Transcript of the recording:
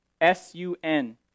S-U-N